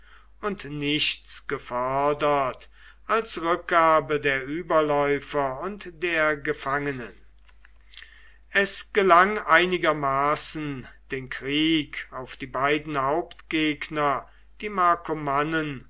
und nichts gefordert als rückgabe der überläufer und der gefangenen es gelang einigermaßen den krieg auf die beiden hauptgegner die